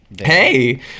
Hey